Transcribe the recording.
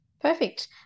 perfect